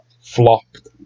flopped